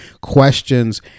Questions